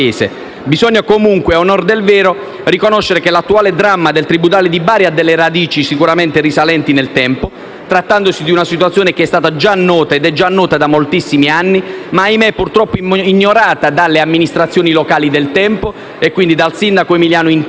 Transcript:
Bisogna comunque, a onor del vero, riconoscere che l'attuale dramma del tribunale di Bari ha radici sicuramente risalenti nel tempo, trattandosi di una situazione già nota da moltissimi anni, ma purtroppo ignorata dalle amministrazioni locali del tempo (il sindaco Emiliano in testa),